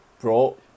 bro